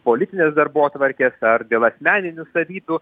politinės darbotvarkės ar dėl asmeninių savybių